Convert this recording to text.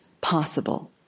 possible